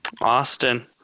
Austin